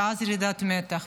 ואז ירידת מתח,